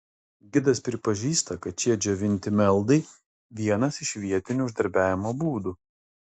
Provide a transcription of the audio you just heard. gidas pripažįsta kad šie džiovinti meldai vienas iš vietinių uždarbiavimo būdų